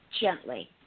gently